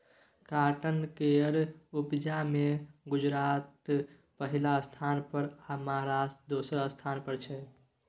cotton केर उपजा मे गुजरात पहिल स्थान पर आ महाराष्ट्र दोसर स्थान पर छै